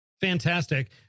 Fantastic